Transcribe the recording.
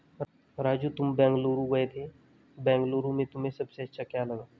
राजू तुम बेंगलुरु गए थे बेंगलुरु में तुम्हें सबसे अच्छा क्या लगा?